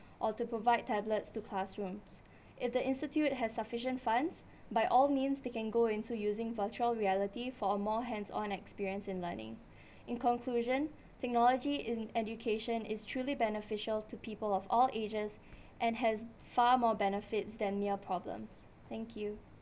or to provide tablets to classrooms if the institute has sufficient funds by all means they can go into using virtual reality for a more hands-on experience in learning in conclusion technology in education is truly beneficial to people of all ages and has far more benefits than mere problems thank you